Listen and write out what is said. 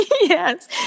Yes